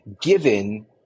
given